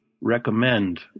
recommend